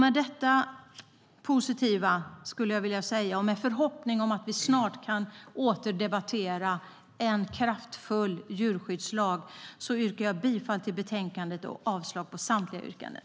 Med dessa positiva saker och med en förhoppning om att vi snart åter kan debattera en kraftfull djurskyddslag yrkar jag bifall till förslaget i betänkandet och avslag på samtliga yrkanden.